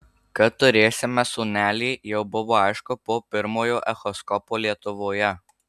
kad turėsime sūnelį jau buvo aišku po pirmojo echoskopo lietuvoje